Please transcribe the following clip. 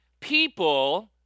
People